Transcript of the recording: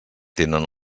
tenen